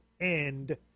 end